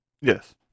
Yes